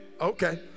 Okay